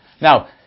Now